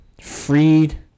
Freed